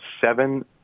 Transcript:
seven